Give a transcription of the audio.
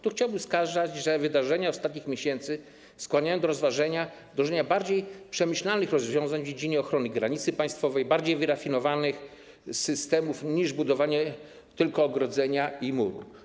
Tu chciałbym wskazać, że wydarzenia ostatnich miesięcy skłaniają do rozważenia wdrożenia bardziej przemyślanych rozwiązań w dziedzinie ochrony granicy państwowej, bardziej wyrafinowanych systemów niż budowanie ogrodzenia i muru.